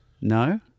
No